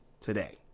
today